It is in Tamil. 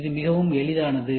இது மிகவும் எளிதானது